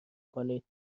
کنید